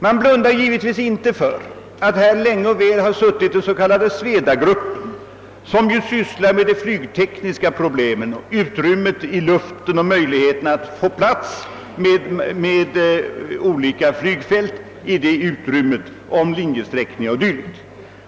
Man blundar naturligtvis inte för att den s.k. Svedagruppen ganska länge sysslat med de flygtekniska problemen — frågor om luftutrymme, d. v. s. möjligheter att få plats med olika flygfält inom det förefintliga utrymmet, linjesträckningar och dylikt.